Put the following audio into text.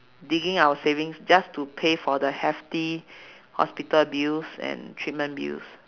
digging our savings just to pay for the hefty hospital bills and treatment bills